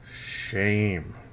shame